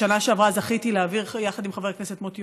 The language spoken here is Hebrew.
בשנה שעברה זכיתי להעביר יחד עם חבר הכנסת מוטי